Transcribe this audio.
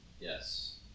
Yes